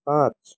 पाँच